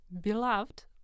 beloved